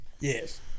Yes